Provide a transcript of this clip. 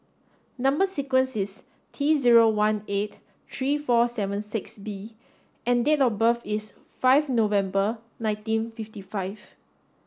number sequence is T zero one eight three four seven six B and date of birth is five November nineteen fifty five